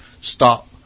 stop